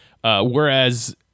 Whereas